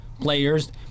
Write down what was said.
players